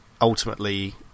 ultimately